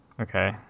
Okay